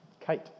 Kate